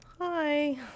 Hi